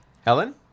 Helen